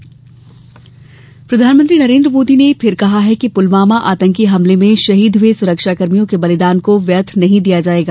प्रधानमंत्री प्रधानमंत्री नरेन्द्र मोदी ने फिर कहा है कि पुलवामा आतंकी हमले में शहीद हुए सुरक्षाकर्मियों के बलिदान को व्यर्थ नहीं जाने दिया जायेगा